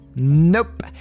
nope